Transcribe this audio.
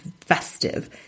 festive